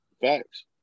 Facts